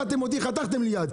פצעתם אותי וחתכתם לי יד.